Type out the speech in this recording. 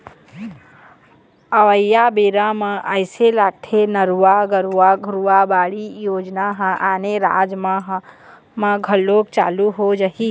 अवइया बेरा म अइसे लगथे नरूवा, गरूवा, घुरूवा, बाड़ी योजना ह आने राज म घलोक चालू हो जाही